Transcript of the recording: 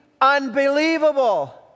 unbelievable